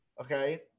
Okay